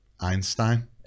Einstein